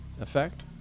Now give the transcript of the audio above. effect